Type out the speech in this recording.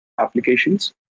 applications